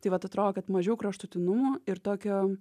tai vat atrodo kad mažiau kraštutinumo ir tokio